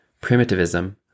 primitivism